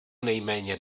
nejméně